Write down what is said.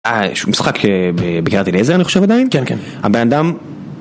היה איזשהו משחק בקריית אליעזר, אני חושב עדיין. כן, כן. הבן אדם...